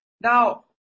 Now